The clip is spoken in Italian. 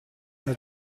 una